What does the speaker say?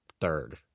third